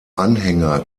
anhänger